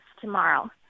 tomorrow